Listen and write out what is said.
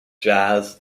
jazz